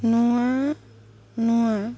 ନୂଆ ନୂଆ